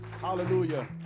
Hallelujah